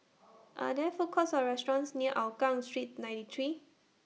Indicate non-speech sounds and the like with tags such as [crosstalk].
[noise] Are There Food Courts Or restaurants near Hougang Street ninety three